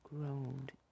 groaned